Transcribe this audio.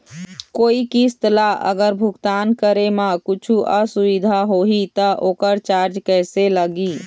कोई किस्त ला अगर भुगतान करे म कुछू असुविधा होही त ओकर चार्ज कैसे लगी?